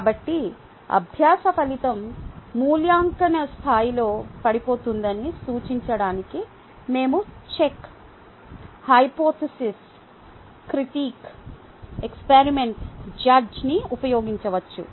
కాబట్టి అభ్యాస ఫలితం మూల్యాంకన స్థాయిలో పడిపోతోందని సూచించడానికి మేము చెక్ హైపోథీసిస్ క్రిటిక్ఎక్స్పెరిమెంట్ జడ్జ్ని ఉపయోగించవచ్చు